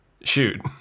shoot